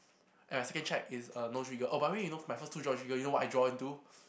and my second check is a non trigger oh by the way you know for my first two draw trigger you know what I draw into